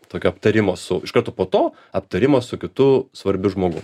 tokio aptarimo su iš karto po to aptarimas su kitu svarbiu žmogum